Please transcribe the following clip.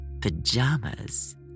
pajamas